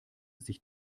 sich